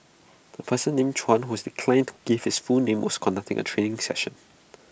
A person named Chuan whose declined to give his full name was conducting A training session